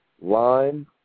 Lime